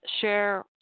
share